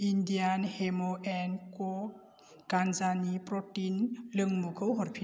India hemp and क' गान्जानि protein लोंमुंखौ हरफिन